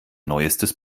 neuestes